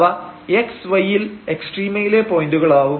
അവ x y യിൽ എക്സ്ട്രീമയിലെ പോയന്റുകളാവും